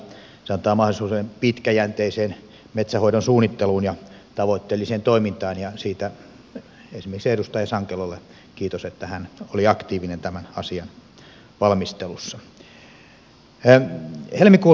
se antaa mahdollisuuden pitkäjänteiseen metsänhoidon suunnitteluun ja tavoitteelliseen toimintaan ja siitä esimerkiksi edustaja sankelolle kiitos että hän oli aktiivinen tämän asian valmistelussa